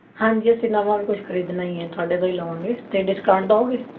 ਹਾਂਜੀ ਅਸੀਂ ਨਵਾਂ ਵੀ ਕੁਛ ਖਰੀਦਣਾ ਹੀ ਹੈ ਤੁਹਾਡੇ ਤੋਂ ਹੀ ਲਵਾਂਗੇ ਅਤੇ ਡਿਸਕਾਉਂਟ ਦਿਓਂਗੇ